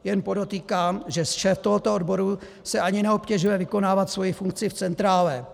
Jen podotýkám, že šéf tohoto odboru se ani neobtěžuje vykonávat svoji funkci v centrále.